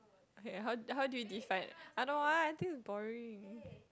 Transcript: okay how how did you divide I don't want I think it's boring